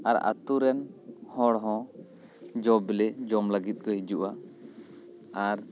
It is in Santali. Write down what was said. ᱟᱨ ᱟᱛᱳ ᱨᱮᱱ ᱦᱚᱲ ᱦᱚᱸ ᱡᱚ ᱵᱤᱞᱤ ᱡᱚᱢ ᱞᱟᱹᱜᱤᱫ ᱠᱚ ᱦᱤᱡᱩᱜᱼᱟ ᱟᱨ